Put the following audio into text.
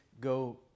go